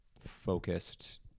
focused